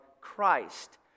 Christ